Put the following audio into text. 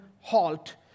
halt